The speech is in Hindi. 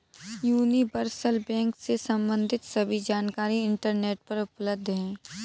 यूनिवर्सल बैंक से सम्बंधित सभी जानकारी इंटरनेट पर उपलब्ध है